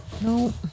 No